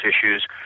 issues